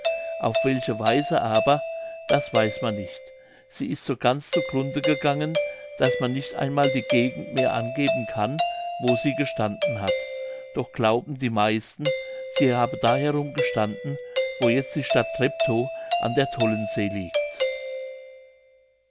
auf welche weise aber das weiß man nicht sie ist so ganz zu grunde gegangen daß man nicht einmal die gegend mehr angeben kann wo sie gestanden hat doch glauben die meisten sie habe da herum gestanden wo jetzt die stadt treptow an der tollensee liegt